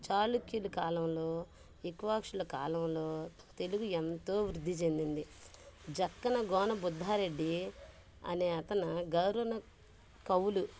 చాళుక్యులు కాలంలో ఇక్వాక్షుల కాలంలో తెలుగు ఎంతో వృద్ధి చెందింది జక్కన గోన బుద్ధారెడ్డి అనే అతను గౌరన కవులు